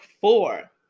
four